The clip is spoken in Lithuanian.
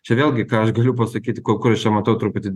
čia vėlgi ką aš galiu pasakyti kur aš čia matau truputį